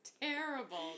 terrible